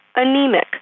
Anemic